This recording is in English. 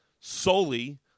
solely